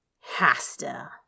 Hasta